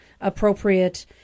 appropriate